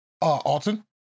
Alton